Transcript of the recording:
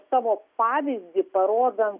savo pavyzdį parodant